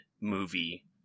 movie